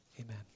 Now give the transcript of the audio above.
Amen